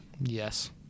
Yes